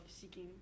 seeking